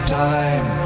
time